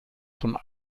von